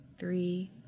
three